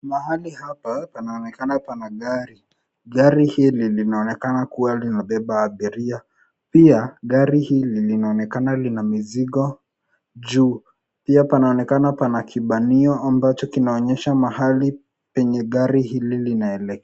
Mahali hapa panaonekana pana gari. Gari hili linaonekana kuwa linabeba abiria, pia gari hili linaonekana lina mizigo juu, pia panaonekana pana kibanio ambacho kina onyesha mahali penye gari hili linaelekea.